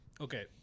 Okay